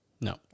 No